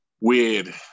weird